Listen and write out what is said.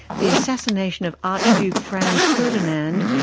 the assassination of archduke franz ferdinand,